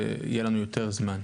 כשיהיה לנו יותר זמן.